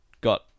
got